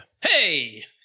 Hey